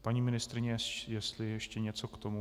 Paní ministryně, jestli ještě něco k tomu...